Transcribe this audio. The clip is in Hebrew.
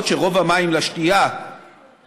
למרות שרוב המים לשתייה מותפלים,